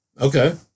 Okay